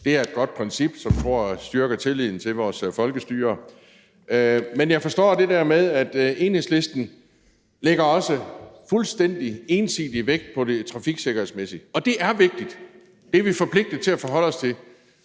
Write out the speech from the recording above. Det er et godt princip, som jeg tror styrker tilliden til vores folkestyre. Jeg forstår, at Enhedslisten lægger fuldstændig ensidig vægt på det trafiksikkerhedsmæssige, og det er vigtigt, og vi er forpligtet til at forholde os til